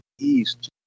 East